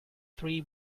three